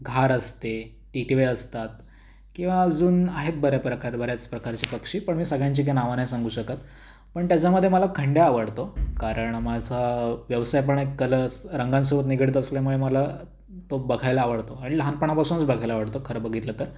घार असते टिटव्या असतात किंवा अजून आहेत बऱ्या प्रकार बऱ्याच प्रकारचे पक्षी पण मी सगळ्यांची काय नावं नाही सांगू शकत पण त्याच्यामध्ये मला खंड्या आवडतो कारण माझा व्यवसाय पण एक कलस रंगांसोबत निगडित असल्यामुळे मला तो बघायला आवडतो आणि लहानपणापासूनच बघायला आवडतो खरं बघितलं तर